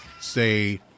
say